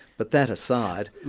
but that aside.